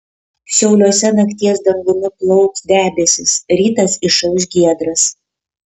šiauliuose nakties dangumi plauks debesys rytas išauš giedras